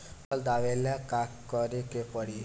फसल दावेला का करे के परी?